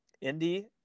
Indy